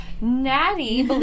Natty